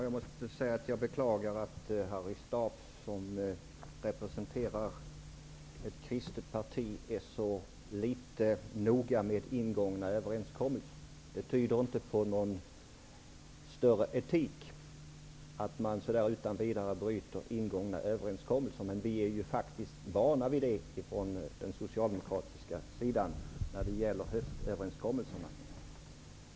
Herr talman! Jag beklagar att Harry Staaf, som representerar ett kristet parti, är så litet noga med ingångna överenskommelser. Det tyder inte på någon större känsla för etik att så där utan vidare bryta ingångna överenskommelser. Men vi socialdemokrater är faktiskt vana vid det i fråga om höstöverenskommelserna.